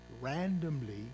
randomly